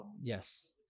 Yes